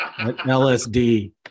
LSD